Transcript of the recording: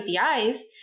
APIs